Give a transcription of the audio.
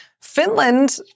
Finland